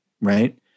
right